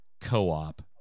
co-op